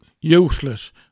useless